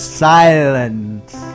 silence